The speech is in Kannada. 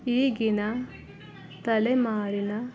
ಈಗಿನ ತಲೆಮಾರಿನ